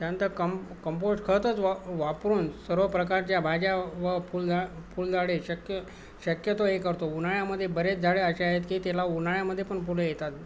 त्यानंतर कम् कंपोश्ट खतच वा वापरून सर्व प्रकारच्या भाज्या व फुलझा फुलझाडे शक्य शक्यतो ए करतो उन्हाळ्यामध्ये बरेच झाडे असे आहेत की त्याला उन्हाळ्यामध्ये पण फुलं येतात